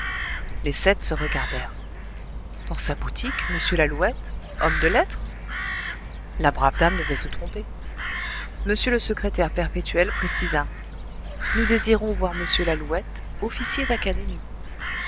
les sept se regardèrent dans sa boutique m lalouette homme de lettres la brave dame devait se tromper m le secrétaire perpétuel précisa nous désirons voir m lalouette officier d'académie